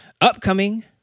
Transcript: upcoming